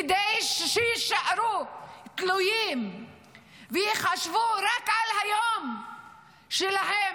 -- כדי שיישארו תלויים ויחשבו רק על היום שלהם,